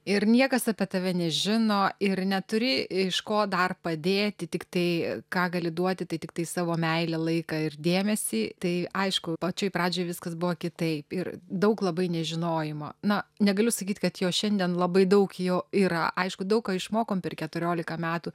ir niekas apie tave nežino ir neturi iš ko dar padėti tik tai ką gali duoti tai tiktai savo meilę laiką ir dėmesį tai aišku pačioj pradžioj viskas buvo kitaip ir daug labai nežinojimo na negaliu sakyt kad jo šiandien labai daug jau yra aišku daug ką išmokom per keturiolika metų